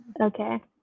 Okay